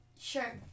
Sure